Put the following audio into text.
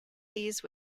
these